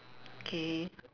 K